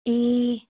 ए